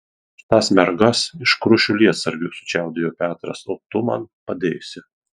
aš tas mergas iškrušiu lietsargiu sučiaudėjo petras o tu man padėsi